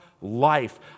life